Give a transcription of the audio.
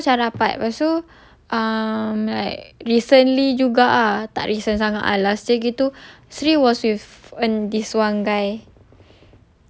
ah lepas tu dia orang jadi rapat lepas tu um like recently juga ah tak recent sangat ah last year begitu sri was with um this one guy